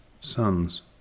sons